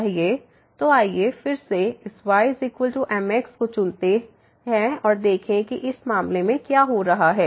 तो आइए फिर से इस ymx को चुनें और देखें कि इस मामले में क्या हो रहा है